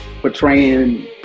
portraying